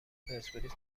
پرسپولیس